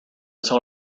tell